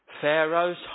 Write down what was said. Pharaoh's